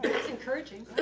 encouraging.